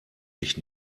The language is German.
mich